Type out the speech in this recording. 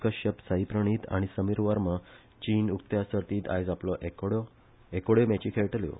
कश्यप साईप्रणित आनी समीर वर्मा चिन उकत्या सर्तीत आयज आपल्यो एकोड्यो मॅची खेळटल्यो